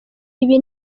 ibi